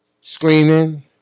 screening